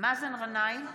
מאזן גנאים,